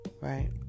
right